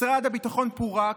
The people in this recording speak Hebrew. משרד הביטחון פורק,